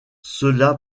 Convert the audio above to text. cela